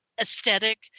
aesthetic